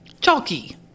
Chalky